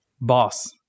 Boss